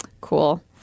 Cool